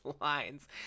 lines